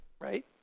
right